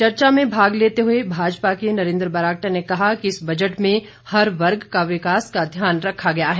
चर्चा में भाग लेते हुए भाजपा के नरेंद्र बरागटा ने कहा कि इस बजट में हर वर्ग का विकास का ध्यान रखा गया है